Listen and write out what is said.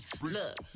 look